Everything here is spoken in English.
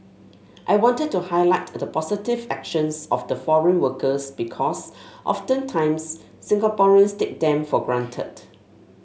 I wanted to highlight the positive actions of the foreign workers because oftentimes Singaporeans take them for granted